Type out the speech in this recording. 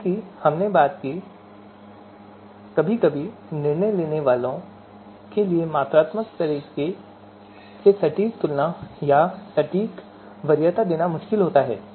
जैसा कि हमने बात की है कभी कभी निर्णय लेने वालों के लिए मात्रात्मक तरीके से सटीक तुलना या सटीक वरीयता देना बहुत मुश्किल होता है